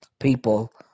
people